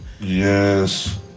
Yes